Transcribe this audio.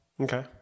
Okay